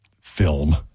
film